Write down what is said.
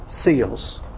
seals